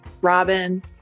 Robin